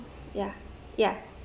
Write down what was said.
ya ya